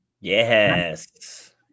Yes